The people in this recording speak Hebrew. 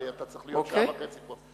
הרי אתה צריך להיות שעה וחצי פה.